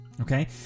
Okay